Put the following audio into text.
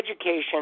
education